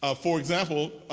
ah for example,